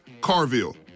Carville